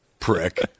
prick